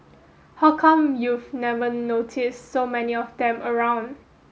how come you've never noticed so many of them around